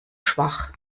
schwach